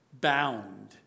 bound